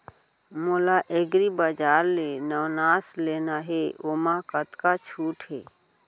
मोला एग्रीबजार ले नवनास लेना हे ओमा कतका छूट हे?